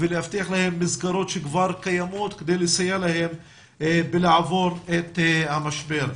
ולהבטיח להם מסגרות שכבר קיימות כדי לסייע להם לעבור את המשבר.